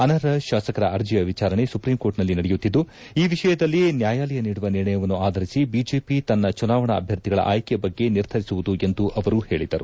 ಅನರ್ಹ ಶಾಸಕರ ಅರ್ಜಿಯ ವಿಚಾರಣೆ ಸುಪ್ರೀಂಕೋರ್ಟ್ನಲ್ಲಿ ನಡೆಯುತಿದ್ದು ಈ ವಿಷಯದಲ್ಲಿ ನ್ಯಾಯಾಲಯ ನೀಡುವ ನಿರ್ಣಯವನ್ನು ಆಧರಿಸಿ ಬಿಜೆಪಿ ತನ್ನ ಚುನಾವಣಾ ಅಭ್ಯರ್ಥಿಗಳ ಆಯ್ಕೆ ಬಗ್ಗೆ ನಿರ್ಧರಿಸುವುದು ಎಂದು ಅವರು ಹೇಳಿದರು